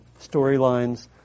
storylines